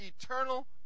eternal